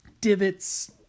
divots